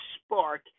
spark